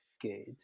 good